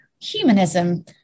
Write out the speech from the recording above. humanism